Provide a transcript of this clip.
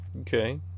Okay